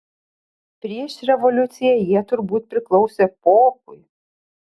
prieš revoliuciją jie turbūt priklausė popui